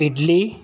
idli